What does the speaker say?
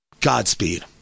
Godspeed